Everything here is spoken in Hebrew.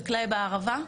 חקלאי בערבה,